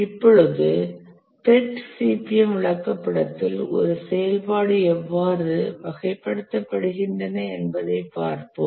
இப்போழுது PERT CPM விளக்கப்படத்தில் ஒரு செயல்பாடு எவ்வாறு வகைப்படுத்தப்படுகின்றன என்பதைப் பார்ப்போம்